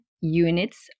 units